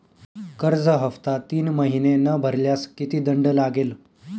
कर्ज हफ्ता तीन महिने न भरल्यास किती दंड लागेल?